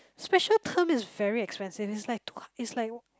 special term is very expensive it's like twelve it's like